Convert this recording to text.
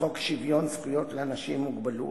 לחוק שוויון זכויות לאנשים עם מוגבלות,